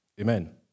Amen